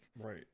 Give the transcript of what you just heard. Right